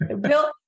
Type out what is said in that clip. Bill